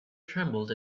trembled